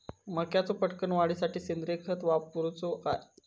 मक्याचो पटकन वाढीसाठी सेंद्रिय खत वापरूचो काय?